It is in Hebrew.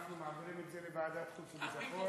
אנחנו מעבירים את זה לוועדת חוץ וביטחון.